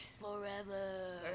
Forever